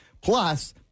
Plus